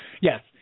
Yes